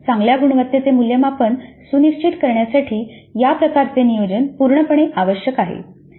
म्हणूनच चांगल्या गुणवत्तेचे मूल्यमापन सुनिश्चित करण्यासाठी या प्रकारचे नियोजन पूर्णपणे आवश्यक आहे